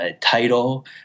title